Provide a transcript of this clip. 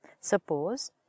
Suppose